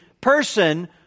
person